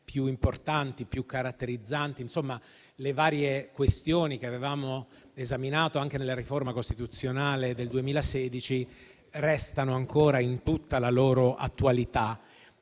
più importanti e più caratterizzanti, insomma, una riflessione sulle varie questioni che avevamo esaminato anche nella riforma costituzionale del 2016, resti ancora in tutta la sua attualità.